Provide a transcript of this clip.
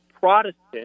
Protestant